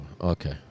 Okay